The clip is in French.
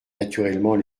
naturellement